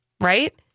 right